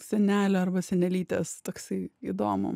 senelė arba senelytės toksai įdomu